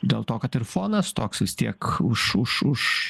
dėl to kad ir fonas toks vis tiek už už už